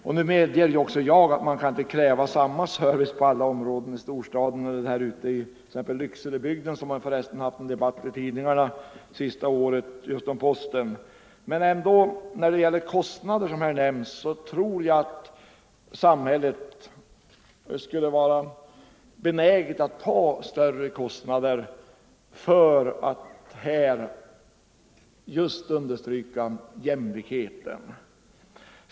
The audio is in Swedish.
Även jag medger att man inte kan kräva samma service på alla områden, i storstaden och ute i Lyckselebygden, som det varit debatt i tidningarna om det senaste året just med anledning av posten. Men när det gäller kostnader tror jag att samhället skulle vara benäget att ta större sådana för att just understryka jämlikheten.